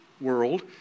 world